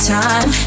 time